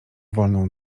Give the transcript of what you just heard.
wolną